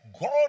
God